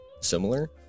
similar